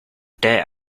debt